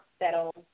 that'll